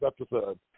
episode